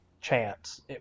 chance